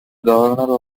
governor